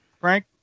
Frank